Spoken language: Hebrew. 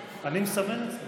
נתקבלה.